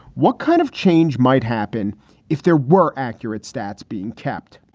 what kind of change might happen if there were accurate stats being kept.